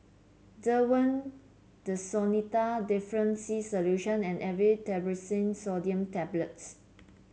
Desowen Desonide Difflam C Solution and Aleve Naproxen Sodium Tablets